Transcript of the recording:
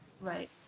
Right